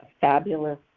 fabulous